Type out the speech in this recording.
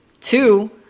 Two